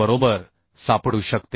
बरोबर सापडू शकते